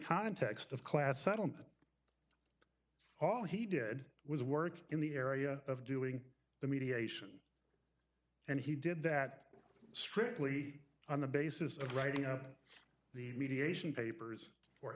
context of class settlement all he did was work in the area of doing the mediation and he did that strictly on the basis of writing the mediation papers or